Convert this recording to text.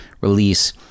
release